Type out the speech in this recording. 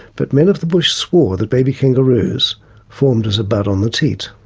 but men of the bush swore that baby kangaroos formed as a bud on the teat.